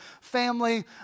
family